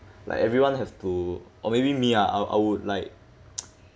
like everyone have to or maybe me ah I I would like